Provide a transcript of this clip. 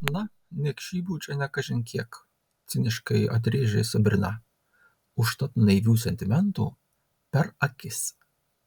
na niekšybių čia ne kažin kiek ciniškai atrėžė sabrina užtat naivių sentimentų per akis